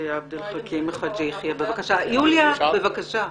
עבד אל חכים חאג' יחיא (הרשימה המשותפת):